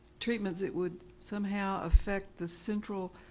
treatments that would somehow affect the central